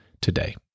today